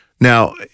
Now